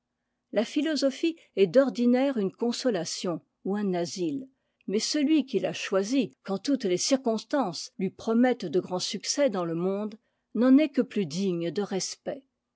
la philosophie est d'ordinaire une consolation ou un asile mais celui qui la choisit quand toutes les circonstances lui promettent de grands succès dans le monde n'en est que plus digne de respect